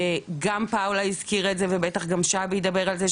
גם פאולה הזכירה את זה ובטח גם שבי ידבר על זה,